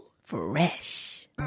Fresh